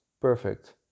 perfect